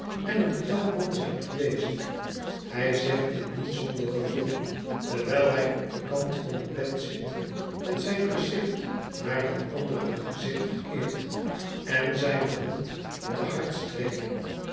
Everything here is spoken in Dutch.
en een knap man zijn geweest hij zegt dit niet zonder gevoel terwijl hij op den kant van het bed zit met zijn gezicht naar dat andere gezicht gekeerd en zijne hand op de